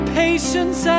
patience